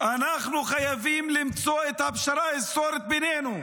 אנחנו חייבים למצוא את הפשרה ההיסטורית בינינו.